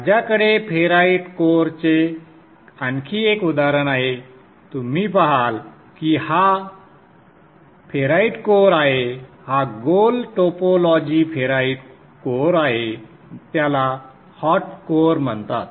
माझ्याकडे फेराइट कोअरचे आणखी एक उदाहरण आहे तुम्ही पहाल की हा फेराइट कोअर आहे हा गोल टोपोलॉजी फेराइट कोअर आहे त्याला हॉट कोअर म्हणतात